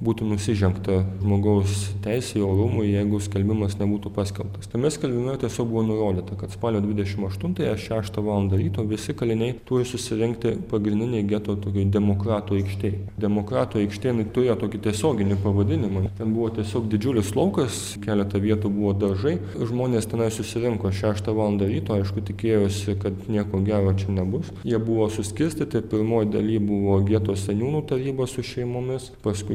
būtų nusižengta žmogaus teisei orumui jeigu skelbimas nebūtų paskelbtas tame skelbime tiesiog buvo nurodyta kad spalio dvidešim aštuntąją šeštą valandą ryto visi kaliniai turi susirinkti pagrindinėj geto tokioj demokratų aikštėj demokratų aikštė jinai turėjo tokį tiesioginį pavadinimą ten buvo tiesiog didžiulis laukas keletą vietų buvo daržai žmonės tenai susirinko šeštą valandą ryto aišku tikėjosi kad nieko gero čia nebus jie buvo suskirstyti pirmoj daly buvo geto seniūnų taryba su šeimomis paskui